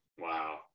Wow